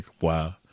wow